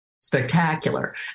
spectacular